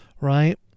right